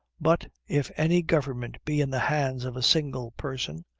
but if any government be in the hands of a single person,